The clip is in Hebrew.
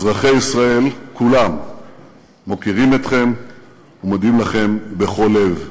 אזרחי ישראל כולם מוקירים אתכם ומודים לכם בכל לב.